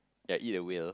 and eat a whale